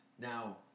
Now